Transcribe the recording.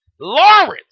Lawrence